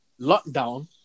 lockdown